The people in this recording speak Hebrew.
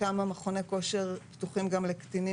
כמה מכוני כושר פתוחים גם לקטינים?